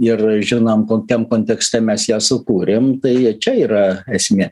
ir žinom kokiam kontekste mes ją sukūrėm tai čia yra esmė